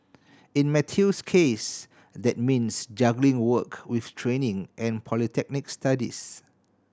in Matthew's case that means juggling work with training and polytechnic studies